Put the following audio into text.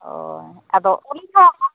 ᱚ ᱩᱱᱤ ᱦᱚᱸ ᱚᱱᱟ